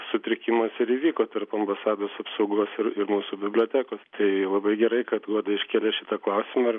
sutrikimas ir įvyko tarp ambasados apsaugos ir ir mūsų bibliotekos tai labai gerai kad goda iškėlė šitą klausimą ir